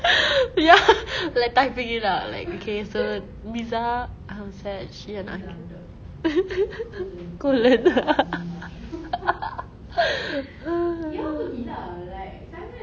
ya like typing it out like okay so miza um said she and aqil colon